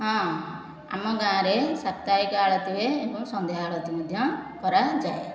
ହଁ ଆମ ଗାଁରେ ସାପ୍ତାହିକ ଆଳତି ହୁଏ ଏବଂ ସନ୍ଧ୍ୟା ଆଳତି ମଧ୍ୟ କରାଯାଏ